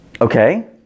Okay